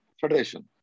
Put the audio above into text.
federation